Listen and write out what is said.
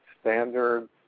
standards